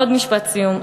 עוד משפט סיום.